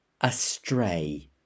astray